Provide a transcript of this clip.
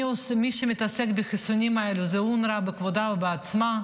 מי שמתעסק בחיסונים האלה זאת אונר"א בכבודה ובעצמה.